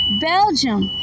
Belgium